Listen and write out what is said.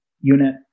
unit